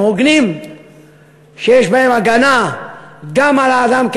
הוגנים שיש בהם הגנה גם על האדם כאדם,